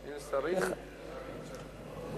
השר הרצוג נמצא פה.